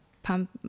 pump